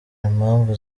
impamvu